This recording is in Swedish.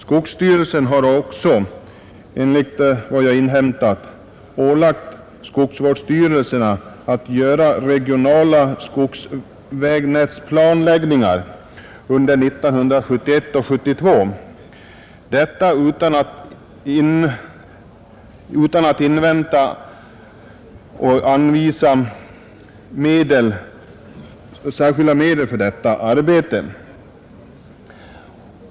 Skogsstyrelsen har också — enligt vad jag har inhämtat — ålagt skogsvårdsstyrelserna att utföra regionala skogsvägnätsplanläggningar under 1971 och 1972, detta utan att invänta anvisning av särskilda medel för detta arbete.